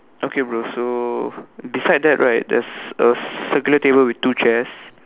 okay bro so beside that right there's a circular table with two chairs